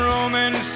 Roman